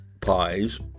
pies